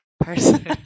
person